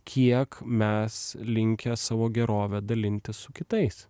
kiek mes linkę savo gerove dalintis su kitais